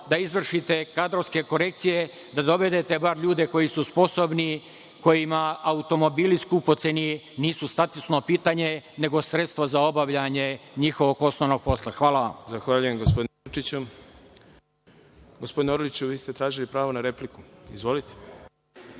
da izvršite kadrovske korekcije, da dovedete bar ljude koji su sposobni kojima automobili skupoceni nisu statusno pitanje nego sredstvo za obavljanje njihovog osnovnog posla. Hvala vam. **Đorđe Milićević** Zahvaljujem, gospodine Mirčiću. Gospodine Orliću, vi ste tražili pravo na repliku. Izvolite.